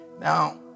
Now